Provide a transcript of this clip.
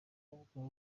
ubwo